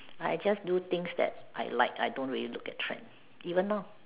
I just do things that I like I don't really look at trend even now